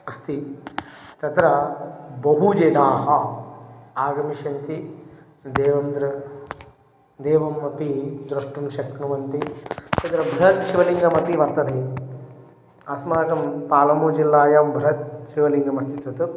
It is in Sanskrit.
अस्ति तत्र बहु जनाः आगमिष्यन्ति देवं द्र देवम् अपि द्रष्टुं शक्नुवन्ति तत्र बृहत् शिवलिङ्गम् अपि वर्तते अस्माकं पालम्बु जिल्लायां ब्रहत् शिवलिङ्गं अस्ति तत्